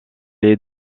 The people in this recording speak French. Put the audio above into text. est